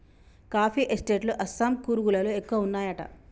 coffee estate లు అస్సాం, కూర్గ్ లలో ఎక్కువ వున్నాయట